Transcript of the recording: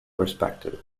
perspective